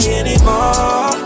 anymore